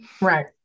Right